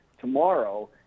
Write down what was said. tomorrow